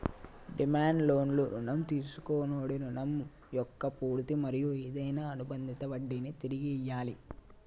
demand లోన్లు రుణం తీసుకొన్నోడి రుణం మొక్క పూర్తి మరియు ఏదైనా అనుబందిత వడ్డినీ తిరిగి ఇయ్యాలి